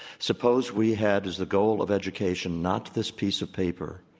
suppose we had as the goal of education not this piece of paper,